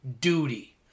duty